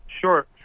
Sure